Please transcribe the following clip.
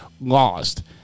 lost